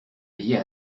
payer